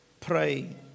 pray